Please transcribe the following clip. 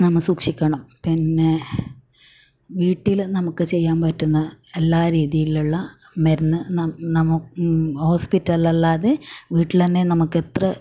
നമ്മൾ സൂക്ഷിക്കണം പിന്നെ വീട്ടിൽ നമുക്ക് ചെയ്യാൻ പറ്റുന്ന എല്ലാ രീതിയിലുള്ള മരുന്ന് നമുക്ക് നമുക്ക് ഹോസ്പിറ്റൽ അല്ലാതെ വീട്ടിലന്നെ നമുക്ക് എത്ര